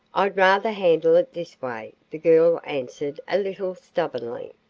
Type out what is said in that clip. i'd rather handle it this way, the girl answered a little stubbornly.